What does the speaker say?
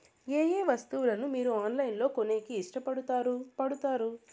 ఏయే వస్తువులను మీరు ఆన్లైన్ లో కొనేకి ఇష్టపడుతారు పడుతారు?